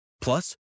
Plus